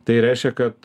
tai reiškia kad